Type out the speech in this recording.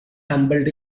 tumbled